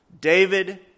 David